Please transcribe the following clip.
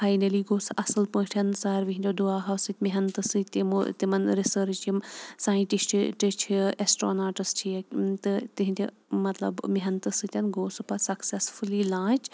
finally گوٚو سُہ اَصٕل پٲٹھۍ ساروی ہِنٛدیو دُعاہو سۭتۍ محنتہٕ سۭتۍ یِمو تِمَن رِسٲرٕچ یِم سایِنٹِسٹ ٹہِ چھِ اٮ۪سٹرٛوناٹٕس چھِ یہِ تہٕ تِہِنٛدِ مطلب محنتہٕ سۭتۍ گوٚو سُہ پَتہٕ سَکسَسفُلی لانٛچ